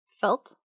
Felt